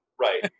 right